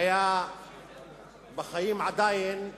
היה עדיין בחיים,